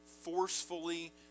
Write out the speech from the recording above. forcefully